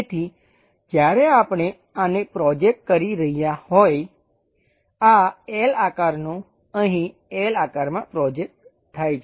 તેથી જ્યારે આપણે આને પ્રોજેક્ટ કરી રહ્યા હોય આ L આકારનું અહીં L આકારમાં પ્રોજેકટ થાય છે